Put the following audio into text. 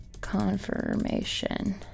confirmation